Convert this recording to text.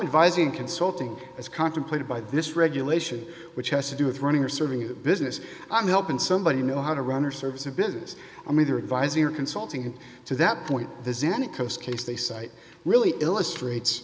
advised in consulting as contemplated by this regulation which has to do with running or serving the business i'm helping somebody know how to run or service a business i'm either advisory or consulting and to that point the senate coast case they cite really illustrates